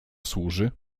służy